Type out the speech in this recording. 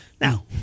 Now